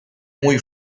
muy